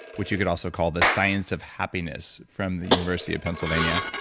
which you could also call the science of happiness, from the university of pennsylvania,